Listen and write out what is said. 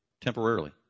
temporarily